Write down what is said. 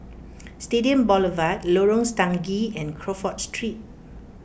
Stadium Boulevard Lorong Stangee and Crawford Street